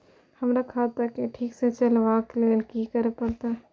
हमरा खाता क ठीक स चलबाक लेल की करे परतै